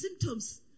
symptoms